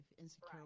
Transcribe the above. insecure